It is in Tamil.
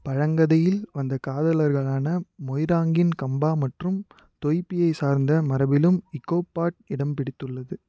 பழங்கதையில் வந்த காதலர்களான மொய்ராங்கின் கம்பா மற்றும் தொய்பியைச் சார்ந்த மரபிலும் இகோப்பாட் இடம் பிடித்துள்ளது